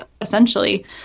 essentially